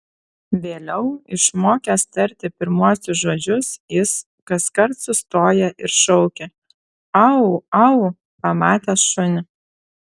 vėliau išmokęs tarti pirmuosius žodžius jis kaskart sustoja ir šaukia au au pamatęs šunį